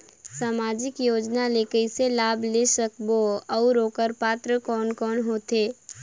समाजिक योजना ले कइसे लाभ ले सकत बो और ओकर पात्र कोन कोन हो थे?